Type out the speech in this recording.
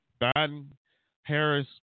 Biden-Harris